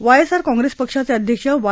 YSR Congress पक्षाचे अध्यक्ष Y